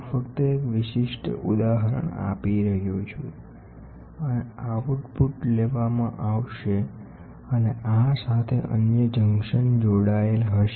હું ફક્ત એક વિશિષ્ટ ઉદાહરણ આપી રહ્યો છું અને આઉટપુટ લેવામાં આવશે અને તે અન્ય જંકશન જોડાયેલ હશે